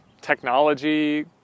technology